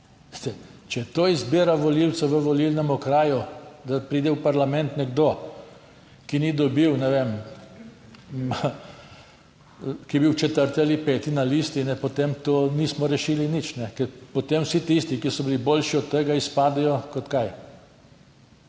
če to izbira volivca v volilnem okraju, da pride v parlament nekdo, ki ni dobil, ne vem, ki je bil četrti ali peti na listi, potem to nismo rešili nič. Ker potem vsi tisti, ki so bili boljši od tega, izpadejo kot kaj?